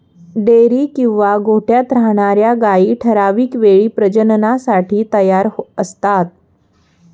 dairy किंवा गोठ्यात राहणार्या गायी ठराविक वेळी प्रजननासाठी तयार असतात